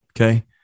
Okay